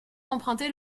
emprunté